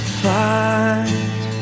fight